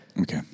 Okay